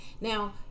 Now